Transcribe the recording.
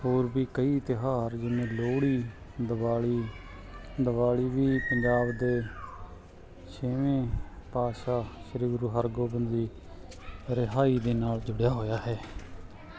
ਹੋਰ ਵੀ ਕਈ ਤਿਹਾਰ ਜਿਵੇਂ ਲੋਹੜੀ ਦਿਵਾਲੀ ਦਿਵਾਲੀ ਵੀ ਪੰਜਾਬ ਦੇ ਛੇਵੇਂ ਪਾਤਸ਼ਾਹ ਸ੍ਰੀ ਗੁਰੂ ਹਰਗੋਬਿੰਦ ਜੀ ਰਿਹਾਈ ਦੇ ਨਾਲ ਜੁੜਿਆ ਹੋਇਆ ਹੈ